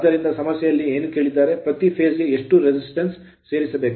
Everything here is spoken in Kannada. ಆದ್ದರಿಂದ ಸಮಸ್ಯೆಯಲ್ಲಿ ಏನು ಕೇಳಿದ್ದಾರೆ ಪ್ರತಿ phase ಫೇಸ್ ಗೆ ಎಷ್ಟು resistance ಪ್ರತಿರೋಧವನ್ನು ಸೇರಿಸಬೇಕು